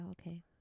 okay